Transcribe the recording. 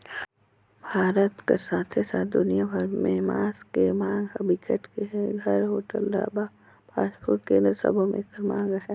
भारत कर साथे साथ दुनिया भर में मांस के मांग ह बिकट के हे, घर, होटल, ढाबा, फास्टफूड केन्द्र सबो में एकर मांग अहे